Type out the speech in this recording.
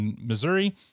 Missouri